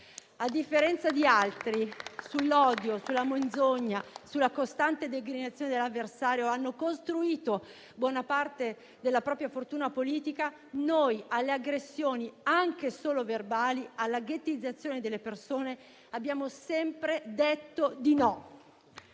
Altri, basandosi sull'odio, sulla menzogna e sulla costante denigrazione dell'avversario hanno costruito buona parte della propria fortuna politica, ma noi alle aggressioni anche solo verbali e alla ghettizzazione delle persone abbiamo sempre detto di no.